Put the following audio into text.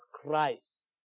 Christ